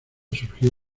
surgió